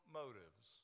motives